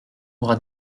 aura